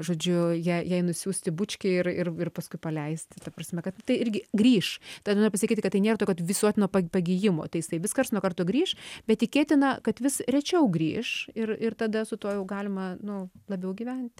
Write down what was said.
žodžiu jai jai nusiųsti bučkį ir ir ir paskui paleisti ta prasme kad tai irgi grįš dar noriu pasakyti kad tai nėro kad visuotino pagijimo tai jisai vis karts nuo karto grįš bet tikėtina kad vis rečiau grįš ir ir tada su tuo jau galima nu labiau gyventi